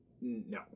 No